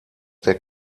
der